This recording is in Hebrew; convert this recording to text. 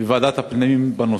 בוועדת הפנים בנושא.